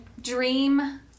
dream